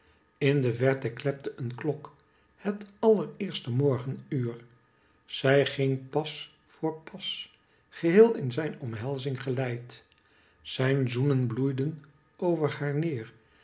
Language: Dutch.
in de verte klepte een klok het allereerste morgenuur zij ging pas voor pas geheel in zijn omhelzing geleid zijn zoenen bloeiden over haar neer